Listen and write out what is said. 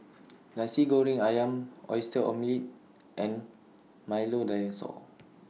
Nasi Goreng Ayam Oyster Omelette and Milo Dinosaur